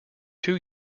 two